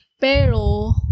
Pero